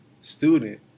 student